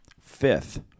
Fifth